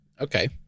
Okay